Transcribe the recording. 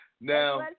Now